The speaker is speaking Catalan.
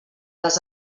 les